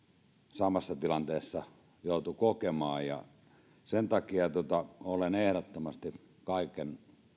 samassa tilanteessa jouduin kokemaan sen takia olen ehdottomasti kaikkien